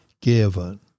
given